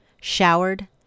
showered